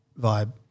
vibe